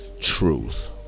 truth